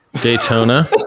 Daytona